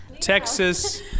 texas